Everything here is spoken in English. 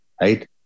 right